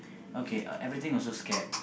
okay uh everything also scared